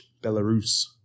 Belarus